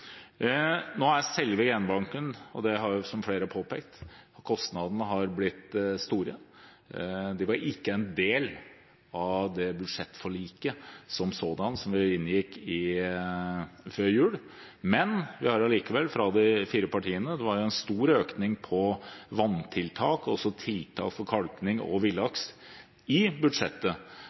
påpekt – kostnadene blitt store. Det var ikke en del av det budsjettforliket som sådant som vi inngikk før jul. Det var allikevel – fra de fire partiene – en stor økning i budsjettet når det gjaldt vanntiltak og tiltak for kalking og for villaks.